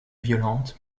violente